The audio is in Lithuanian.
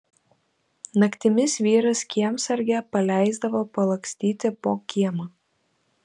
naktimis vyras kiemsargę paleisdavo palakstyti po kiemą